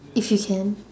if you can